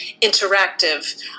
interactive